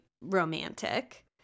romantic